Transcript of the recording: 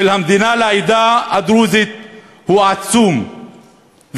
של המדינה לעדה הדרוזית הוא עצום,